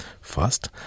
First